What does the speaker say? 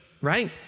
right